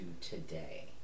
today